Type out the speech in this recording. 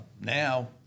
Now